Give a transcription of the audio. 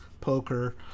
poker